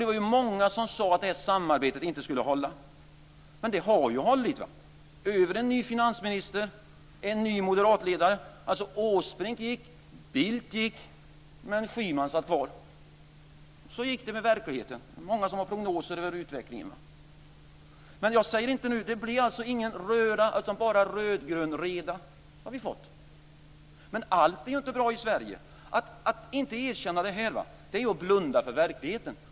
Det var många som sade att det samarbetet inte skulle hålla. Men det har hållit över en ny finansminister, en ny moderatledare. Åsbrink gick, Bildt gick, men Schyman satt kvar. Så gick det med verkligheten. Det var många som hade prognoser över utvecklingen. Det blev alltså ingen röra, utan bara rödgrön reda har vi fått. Men allt är inte bra i Sverige. Att inte erkänna det är att blunda för verkligheten.